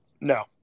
No